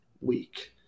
week